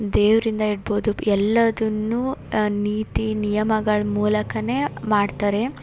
ದೇವರಿಂದ ಇರ್ಬೋದು ಎಲ್ಲದನ್ನೂ ನೀತಿ ನಿಯಮಗಳ ಮೂಲಕವೇ ಮಾಡ್ತಾರೆ